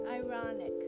ironic